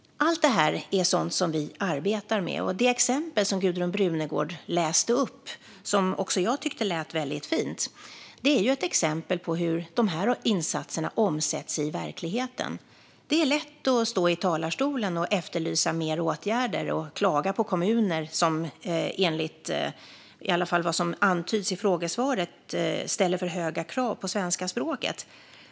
Allt detta är sådant som vi arbetar med. Det som Gudrun Brunegård läste upp, som också jag tyckte lät mycket fint, är ett exempel på hur dessa insatser omsätts i verkligheten. Det är lätt att stå i talarstolen och efterlysa fler åtgärder och klaga på kommuner som, vilket i alla fall antyds, ställer för höga krav på svenska språket.